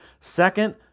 Second